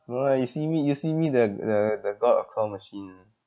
no lah you see me you see me the the the god of claw machine ah